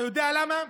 אתה יודע למה?